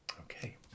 okay